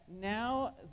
now